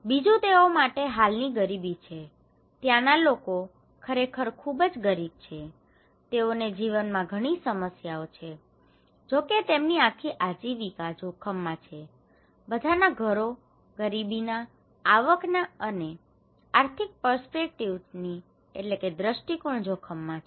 બીજું તેઓ માટે હાલની ગરીબી છે ત્યાંનાં લોકો ખરેખર ખૂબ જ ગરીબ છે તેઓને જીવનમાં ઘણી સમસ્યાઓ છે જો કે તેમની આખી આજીવિકા જોખમમાં છે બધાના ઘરો ગરીબીના આવકના અને આર્થિક પર્સ્પેક્ટિવથી perspective દૃષ્ટિકોણ જોખમમાં છે